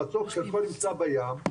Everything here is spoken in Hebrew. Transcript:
המצוק חלקו נמצא בים,